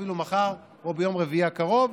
אפילו מחר או ביום רביעי הקרוב,